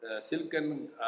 silken